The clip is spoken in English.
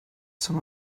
some